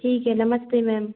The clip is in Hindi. ठीक है नमस्ते मेम